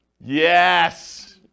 Yes